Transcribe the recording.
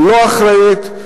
לא אחראית,